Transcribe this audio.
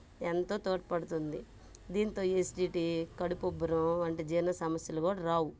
ఎంతో తోడ్పడుతుంది దీంతో ఎసిడిటీ కడుపుబ్బరం వంటి జీర్ణ సమస్యలు కూడా రావు